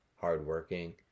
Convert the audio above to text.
hardworking